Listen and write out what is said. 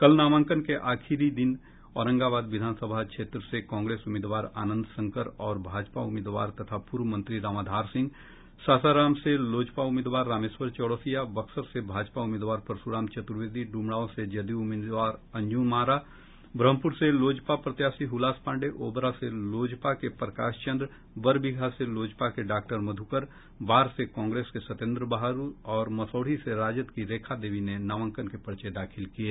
कल नामांकन के आखिर दिन औरंगाबाद विधानसभा क्षेत्र से कांग्रेस उम्मीदवार आनंद शंकर और भाजपा उम्मीदवार तथा पूर्व मंत्री रामाधार सिंह सासाराम से लोजपा उम्मीदवार रामेश्वर चौरसिया बक्सर से भाजपा उम्मीदवार परशुराम चतुर्वेदी डुमरांव से जदयू उम्मीदवार अंजुम आरा ब्रह्मपुर से लोजपा प्रत्याशी हुलास पांडेय ओबरा से लोजपा के प्रकाश चंद्रा बरबीघा से लोजपा के डॉक्टर मधुकर बाढ़ से कांग्रेस के सत्येन्द्र बहादुर और मसौढ़ी से राजद की रेखा देवी ने नामांकन के पर्चे दाखिल किये